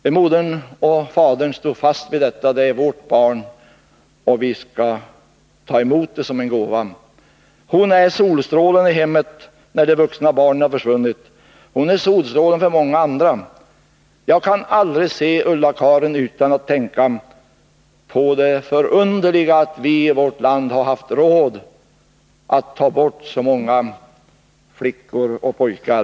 Men modern och fadern stod fast vid att de ville ha barnet. De sade: Det är vårt barn, och vi skall ta emot det som en gåva. Hon är nu solstrålen i hemmet när de vuxna barnen har försvunnit, och hon är solstrålen för många andra. Jag kan aldrig se Ulla-Karin utan att tänka på det förunderliga att vi i vårt land har haft råd att ta bort så många flickor och pojkar.